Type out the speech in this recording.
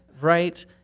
right